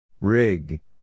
Rig